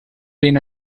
been